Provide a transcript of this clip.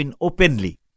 openly